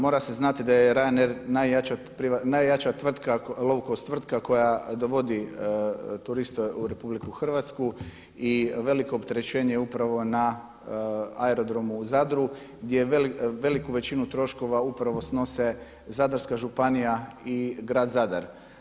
Mora se znati da je Ryanair najjača … tvrtka koja dovodi turiste u RH i veliko opterećenje je upravo na Aerodromu u Zadru gdje veliku većinu troškova upravo snose Zadarska županija i grad Zadar.